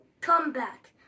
comeback